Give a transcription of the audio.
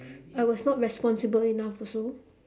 I was not responsible enough also